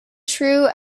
true